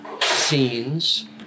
scenes